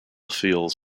feels